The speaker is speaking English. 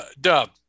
Dub